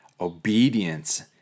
Obedience